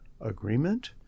agreement